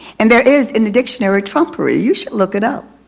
and there is in the dictionary trumpery, you should look it up.